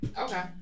Okay